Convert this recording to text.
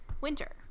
Winter